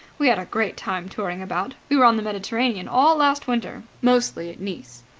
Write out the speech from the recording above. we had a great time touring about. we were on the mediterranean all last winter, mostly at nice.